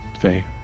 Faye